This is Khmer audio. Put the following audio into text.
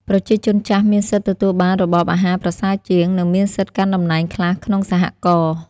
ប្រជាជនចាស់មានសិទ្ធិទទួលបានរបបអាហារប្រសើរជាង និងមានសិទ្ធិកាន់តំណែងខ្លះក្នុងសហករណ៍។